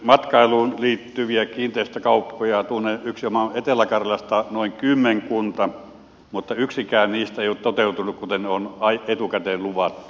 matkailuun liittyviä kiinteistökauppoja tunnen yksinomaan etelä karjalasta noin kymmenkunta mutta yksikään niistä ei ole toteutunut kuten on etukäteen luvattu